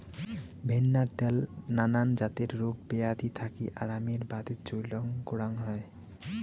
ভেন্নার ত্যাল নানান জাতের রোগ বেয়াধি থাকি আরামের বাদে চইল করাং হই